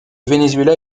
venezuela